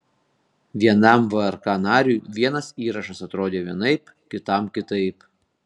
vienam vrk nariui vienas įrašas atrodė vienaip kitam kitaip